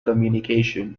communication